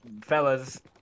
fellas